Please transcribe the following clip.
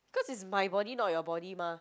cause it's my body not your body mah